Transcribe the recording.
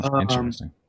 Interesting